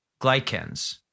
Glycans